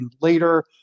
later